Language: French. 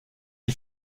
les